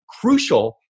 crucial